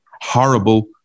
horrible